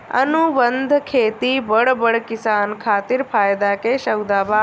अनुबंध खेती बड़ बड़ किसान खातिर फायदा के सउदा बा